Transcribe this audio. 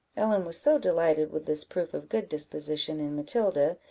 ellen was so delighted with this proof of good disposition in matilda,